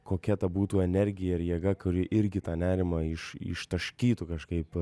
kokia ta būtų energija ir jėga kuri irgi tą nerimą iš ištaškytų kažkaip